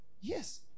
Yes